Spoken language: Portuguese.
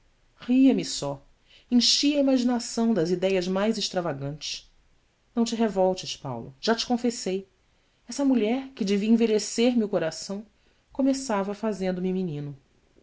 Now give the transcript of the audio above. alma ria me só enchia a imaginação das idéias mais extravagantes não te revoltes paulo já te confessei essa mulher que devia envelhecer me o coração começava fazendo-me menino